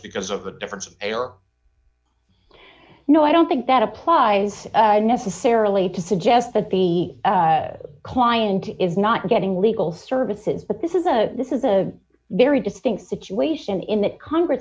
because of the difference or no i don't think that applies necessarily to suggest that the client is not getting legal services but this is a this is a very distinct situation in the congress